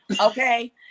okay